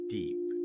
deep